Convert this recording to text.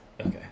Okay